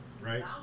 right